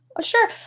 sure